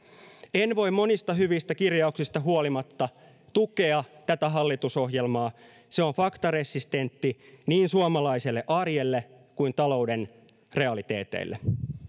en voi monista hyvistä kirjauksista huolimatta tukea tätä hallitusohjelmaa se on faktaresistentti niin suomalaiselle arjelle kuin talouden realiteeteille